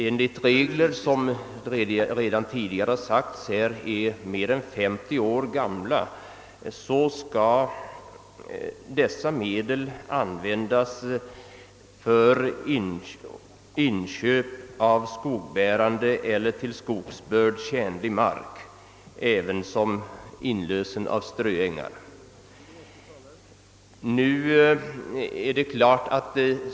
Enligt regler som — det har framhållits redan tidigare — är mer än femtio år gamla skall dessa medel användas för inköp av skogbärande eller till skogsbörd tjänlig mark ävensom till inlösen av ströängar.